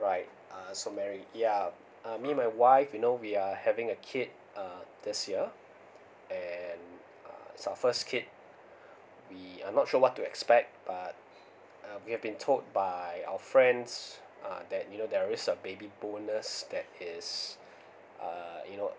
alright uh so mary yeah uh me my wife you know we are having a kid uh this year and uh is our first kid we're not sure what to expect but uh we've been told by our friends uh that you know there is a baby bonus that is uh you know